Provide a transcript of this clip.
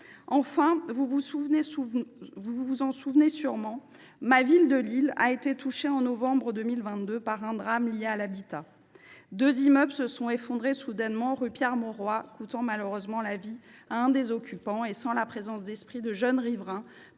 Enfin, vous vous en souvenez sûrement, ma ville de Lille a été touchée en novembre 2022 par un drame lié à l’habitat : deux immeubles se sont effondrés soudainement rue Pierre Mauroy, coûtant malheureusement la vie à l’un des occupants. Sans la présence d’esprit de jeunes riverains,